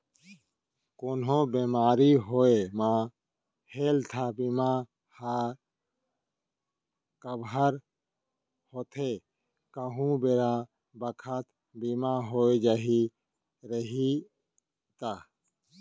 कोनो बेमारी होये म हेल्थ बीमा ह कव्हर होथे कहूं बेरा बखत बीमा हो जाही रइही ता